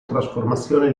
trasformazione